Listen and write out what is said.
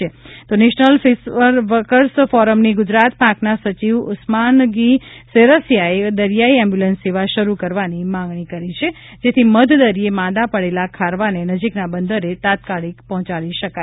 byte અબ્રલ Shah Pirzada national fishworkers ફોરમની ગુજરાત પાંખના સચિવ ઉસ્માનગની શેરસીયાએ દરિયાઇ એમ્બ્યુલન્સ સેવા શરુ કરવાની માંગણી કરી છે જેથી મધદરિયે માંદા પડેલા ખારવાને નજીકના બંદરે તાત્કાલિક પહોંચાડી શકાય